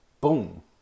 boom